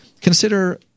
consider –